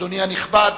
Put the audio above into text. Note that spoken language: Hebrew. אדוני הנכבד,